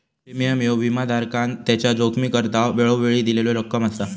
premium ह्यो विमाधारकान त्याच्या जोखमीकरता वेळोवेळी दिलेली रक्कम असा